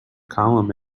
column